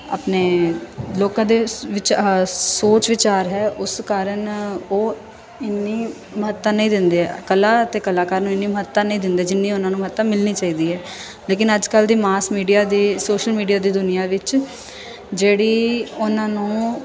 ਆਪਣੇ ਲੋਕਾਂ ਦੇ ਵਿੱਚ ਆਹਾ ਸੋਚ ਵਿਚਾਰ ਹੈ ਉਸ ਕਾਰਨ ਉਹ ਇੰਨੀ ਮਹੱਤਤਾ ਨਹੀਂ ਦਿੰਦੇ ਆ ਕਲਾ ਅਤੇ ਕਲਾਕਾਰ ਨੂੰ ਇੰਨੀ ਮਹੱਤਤਾ ਨਹੀਂ ਦਿੰਦੇ ਜਿੰਨੀ ਉਹਨਾਂ ਨੂੰ ਮਹੱਤਤਾ ਮਿਲਣੀ ਚਾਹੀਦੀ ਹੈ ਲੇਕਿਨ ਅੱਜ ਕੱਲ੍ਹ ਦੀ ਮਾਸ ਮੀਡੀਆ ਦੇ ਸੋਸ਼ਲ ਮੀਡੀਆ ਦੇ ਦੁਨੀਆਂ ਵਿੱਚ ਜਿਹੜੀ ਉਹਨਾਂ ਨੂੰ